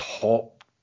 top